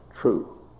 true